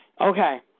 Okay